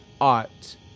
art